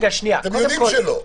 אתם יודעים שלא.